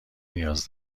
نیاز